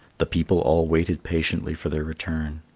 the people all waited patiently for their return.